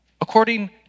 according